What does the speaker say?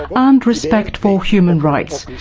and respect for human rights,